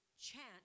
chant